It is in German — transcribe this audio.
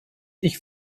ich